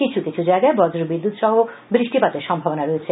কিছু কিছু স্থানে বজ্র বিদ্যুৎ সহ বৃষ্টিপাতের সম্ভাবনা রয়েছে